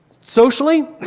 socially